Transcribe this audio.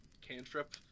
cantrip